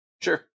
Sure